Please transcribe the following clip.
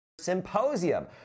Symposium